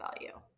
value